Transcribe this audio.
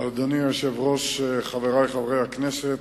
אדוני היושב-ראש, חברי חברי הכנסת,